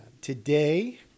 Today